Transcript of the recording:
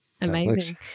Amazing